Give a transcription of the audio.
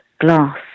glass